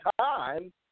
time